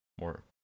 more